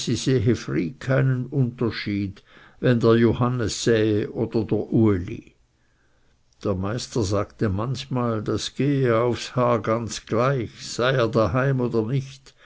unterschied wenn dr johannes säe oder dr uli der meister sagte manchmal das gehe aufs haar ganz gleich sei er daheim oder nicht